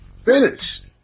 Finished